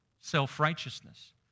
self-righteousness